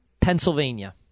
Pennsylvania